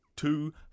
two